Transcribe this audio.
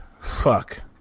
fuck